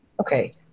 Okay